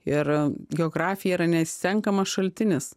ir a geografija yra neišsenkamas šaltinis